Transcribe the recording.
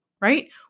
right